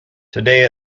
today